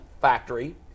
factory